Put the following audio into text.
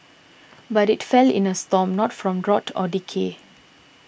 but it fell in a storm not from rot or decay